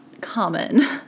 common